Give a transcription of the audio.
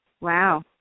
Wow